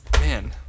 Man